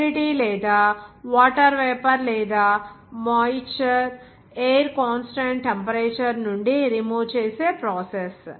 humidity లేదా water vapour లేదా moisture air constant temperature నుండి రిమూవ్ చేసే ప్రాసెస్